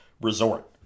resort